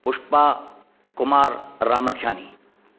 Pushpa Kumar Ramrakhiani